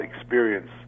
experience